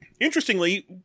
Interestingly